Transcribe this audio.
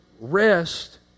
rest